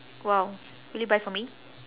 !wow! will you buy for me